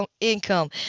income